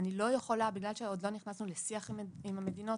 בגלל שעוד לא נכנסנו לשיח עם המדינות,